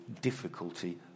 difficulty